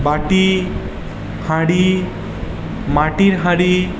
বাটি হাঁড়ি মাটির হাঁড়ি